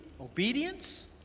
obedience